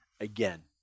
again